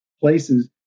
places